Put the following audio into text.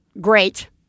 great